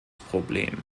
problem